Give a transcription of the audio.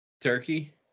Turkey